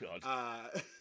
God